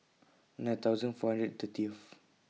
nine thousand four hundred thirtieth